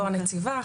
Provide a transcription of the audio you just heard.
איני הנציבה,